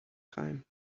time